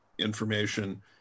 information